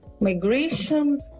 migration